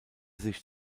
sich